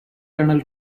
tunnel